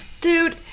Dude